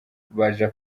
baja